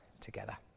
together